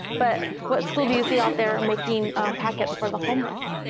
but what school do you see out there making packets for the homeless?